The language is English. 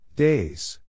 Days